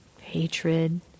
hatred